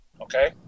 Okay